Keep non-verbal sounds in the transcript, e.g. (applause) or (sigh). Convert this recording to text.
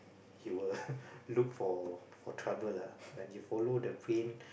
you will (laughs) look for for trouble lah when you follow the brain